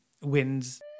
wins